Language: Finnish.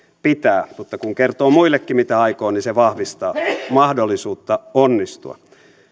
pitää mutta kun kertoo muillekin mitä aikoo niin se vahvistaa mahdollisuutta onnistua